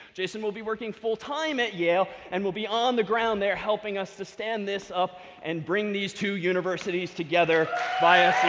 jason will be working full time at yale, and will be on the ground there helping us to stand this up and bring these two universities together via